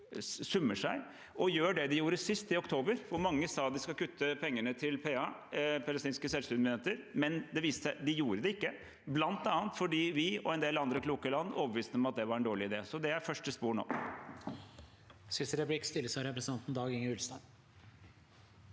og gjør det de gjorde sist, i oktober. Da sa mange at de skulle kutte pengene til PNA, palestinske selvstyremyndigheter, men det viste seg at de ikke gjorde det, bl.a. fordi vi og en del andre kloke land overbeviste dem om at det var en dårlig idé. Det er første spor nå.